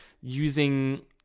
using